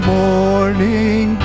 morning